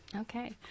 okay